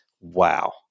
Wow